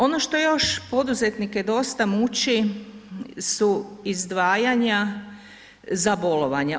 Ono što još poduzetnike dosta muči su izdvajanja za bolovanja.